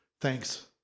thanks